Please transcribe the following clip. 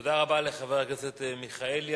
תודה רבה לחבר הכנסת מיכאלי.